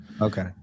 Okay